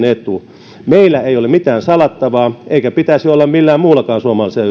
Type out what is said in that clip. etu meillä ei ole mitään salattavaa eikä pitäisi olla millään muullakaan suomalaisella